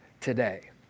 today